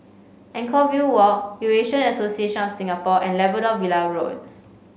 Anchorvale Walk Eurasian Association of Singapore and Labrador Villa Road